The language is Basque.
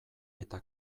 eta